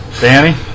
Danny